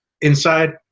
inside